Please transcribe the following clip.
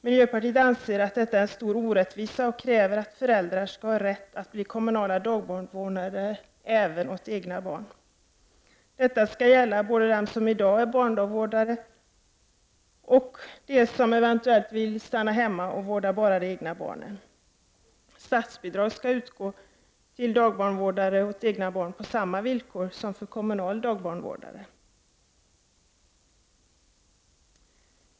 Miljöpartiet anser att detta är en stor orättvisa och kräver att föräldrar skall ha rätt att bli kommunala dagbarnvårdare även åt egna barn. Detta skall gälla både dem som i dag är dagbarnvårdare och dem som eventuellt vill stanna hemma och vårda bara det egna barnet. Statsbidrag bör utgå till dagbarnvårdare för eget barn på samma villkor som för kommunala dagbarnvårdare.